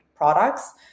products